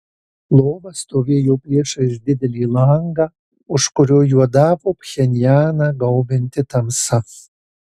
lova stovėjo priešais didelį langą už kurio juodavo pchenjaną gaubianti tamsa